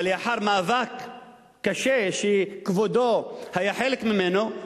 אבל לאחר מאבק קשה, שכבודו היה חלק ממנו,